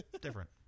different